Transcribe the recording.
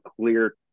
clear